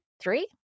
three